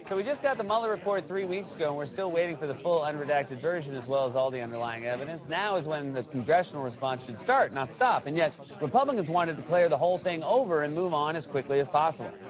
we just got the mueller report three weeks ago, and we're still waiting for the full, unredacted version as well as all the underlying evidence. now is when the congressional response should start, not stop. and yet republicans want to declare the whole thing over and move on as quickly as possible.